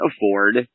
afford